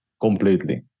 completely